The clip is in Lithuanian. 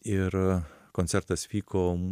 ir koncertas vyko